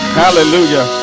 hallelujah